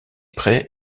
prés